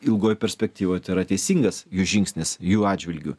ilgoj perspektyvoj tai yra teisingas jų žingsnis jų atžvilgiu